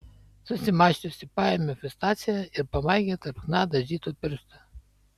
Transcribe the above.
susimąsčiusi paėmė pistaciją ir pamaigė tarp chna dažytų pirštų